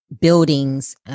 buildings